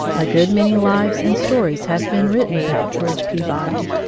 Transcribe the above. a good many lives and stories have been written about george peabody,